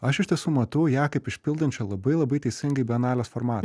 aš iš tiesų matau ją kaip išpildančią labai labai teisingai bienalės formatą